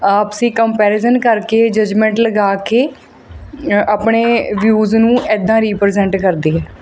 ਆਪਸੀ ਕੰਮਪੈਰੀਜ਼ਨ ਕਰਕੇ ਜੱਜਮੈਂਟ ਲਗਾ ਕੇ ਆਪਣੇ ਵਿਊਜ਼ ਨੂੰ ਇੱਦਾਂ ਰੀਪ੍ਰਜੈਂਟ ਕਰਦੇ ਹੈ